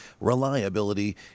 reliability